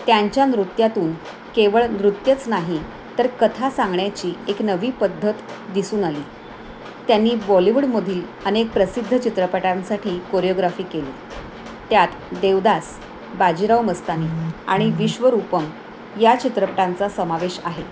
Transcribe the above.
त्यांच्या नृत्यातून केवळ नृत्यच नाही तर कथा सांगण्याची एक नवी पद्धत दिसून आली त्यांनी बॉलिवूडमधील अनेक प्रसिद्ध चित्रपटांसाठी कोरिओग्राफी केली त्यात देवदास बाजीराव मस्तानी आणि विश्वरूपम या चित्रपटांचा समावेश आहे